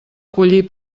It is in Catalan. collir